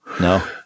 No